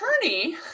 attorney